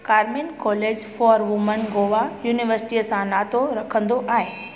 Carmel college for women Goa university सां नातो रखंदो आहे